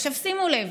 עכשיו, שימו לב: